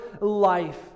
life